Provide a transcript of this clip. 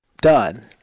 done